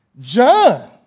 John